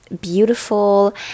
beautiful